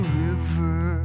river